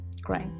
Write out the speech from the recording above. Great